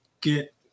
get